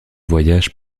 voyage